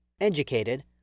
educated